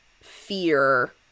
fear